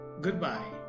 goodbye